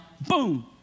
boom